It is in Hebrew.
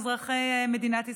אזרחי מדינת ישראל.